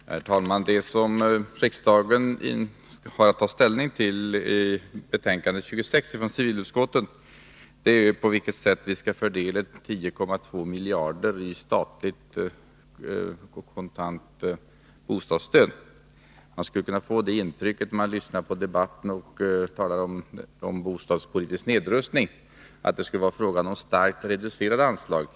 Herr talman! Det som riksdagen har att ta ställning till i betänkande 26 från civilutskottet är på vilket sätt vi skall fördela 10,2 miljarder i statligt kontant bostadsstöd. Man skulle kunna få det intrycket när man lyssnar på debatten, där det talas om bostadspolitisk nedrustning, att det skulle vara fråga om starkt reducerade anslag.